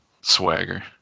swagger